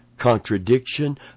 contradiction